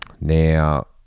Now